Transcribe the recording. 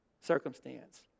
circumstance